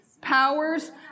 powers